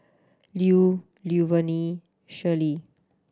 Lu Luverne Shirlie